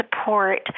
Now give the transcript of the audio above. support